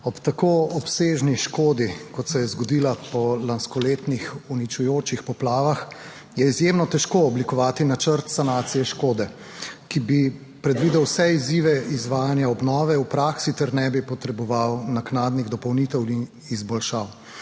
Ob tako obsežni škodi kot se je zgodila po lanskoletnih uničujočih poplavah, je izjemno težko oblikovati načrt sanacije škode, 12. TRAK: (TB) - 14.55 (nadaljevanje) ki bi predvidel vse izzive izvajanja obnove v praksi ter ne bi potreboval naknadnih dopolnitev in izboljšav.